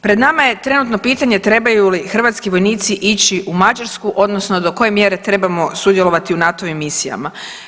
Pred nama je trenutno pitanje trebaju li hrvatski vojnici ići u Mađarsku odnosno do koje mjere trebamo sudjelovati u NATO-vim misijama?